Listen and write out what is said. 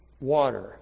water